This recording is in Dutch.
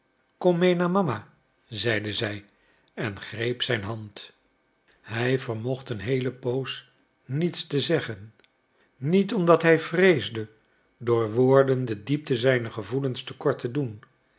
kom mee naar mama zeide zij en greep zijn hand hij vermocht een geheele poos niets te zeggen niet omdat hij vreesde door woorden de diepte zijner gevoelens te kort te doen